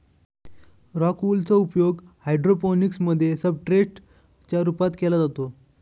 rock wool चा उपयोग hydroponics मध्ये सब्सट्रेट च्या रूपात केला जातो